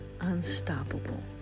unstoppable